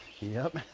yep.